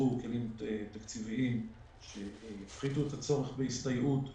שייווצרו כלים תקציביים שיפחיתו את הצורך בהסתייעות.